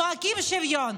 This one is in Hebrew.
צועקים שוויון,